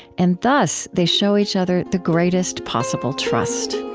and thus they show each other the greatest possible trust.